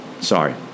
Sorry